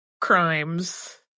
crimes